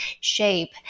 shape